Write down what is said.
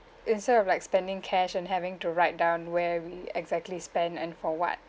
instead of like spending cash and having to write down where we exactly spend and for what